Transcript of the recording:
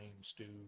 stew